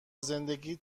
زندگیت